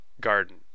garden